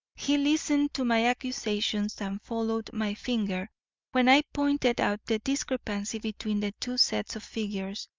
he listened to my accusations and followed my finger when i pointed out the discrepancy between the two sets of figures,